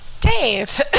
Dave